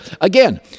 again